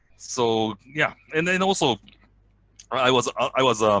so yeah and then also i was i was um